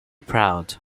proud